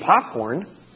popcorn